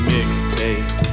Mixtape